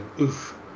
oof